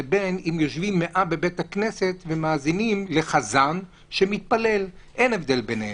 לבין אם יושבים 100 בבית הכנסת ומאזינים לחזן שמתפלל אין הבדל ביניהם.